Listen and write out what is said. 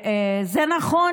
זה נכון